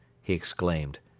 he exclaimed.